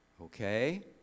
Okay